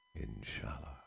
Inshallah